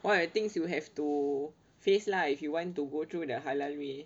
what err things you have to face lah if you want to go through the halal way